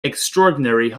extraordinary